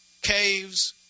caves